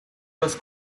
los